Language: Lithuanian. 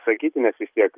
sakyti nes vis tiek